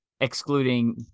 excluding